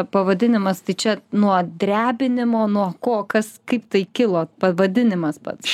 pavadinimas tai čia nuo drebinimo nuo ko kas kaip tai kilo pavadinimas pats